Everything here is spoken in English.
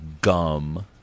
Gum